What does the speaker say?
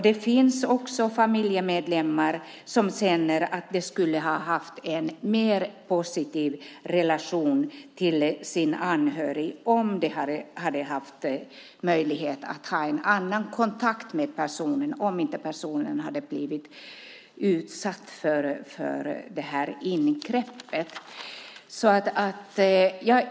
Det finns också familjemedlemmar som känner att de skulle ha haft en mer positiv relation till sin anhörig om de hade haft möjlighet att ha en annan kontakt med personen, om personen inte hade blivit utsatt för det här ingreppet.